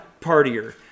partier